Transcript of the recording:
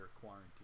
quarantine